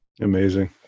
Amazing